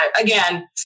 again